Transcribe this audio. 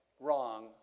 wrong